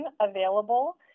available